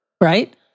right